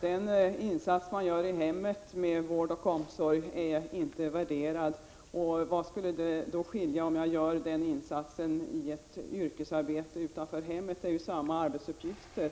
Den insats man gör i hemmet med vård och omsorg är inte värderad, och vad skulle då skilja om jag gör den insatsen i ett yrkesarbete utanför hemmet, frågar sig ungdomarna, för det är ju samma arbetsuppgifter.